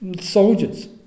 soldiers